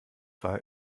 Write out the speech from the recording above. war